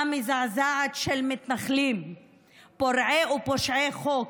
מזעזעת של מתנחלים פורעי ופושעי חוק,